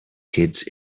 kids